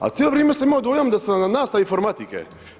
A cijelo vrijeme sam imao dojam da sam na nastavi informatike.